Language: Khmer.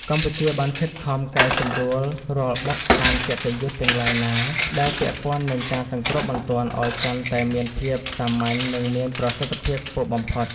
កម្ពុជាបានខិតខំកែសម្រួលរាល់បទដ្ឋានគតិយុត្តិទាំងឡាយណា ដែលពាក់ព័ន្ធនឹងការសង្គ្រោះបន្ទាន់ឱ្យកាន់តែមានភាពសាមញ្ញ និងមានប្រសិទ្ធភាពខ្ពស់បំផុត។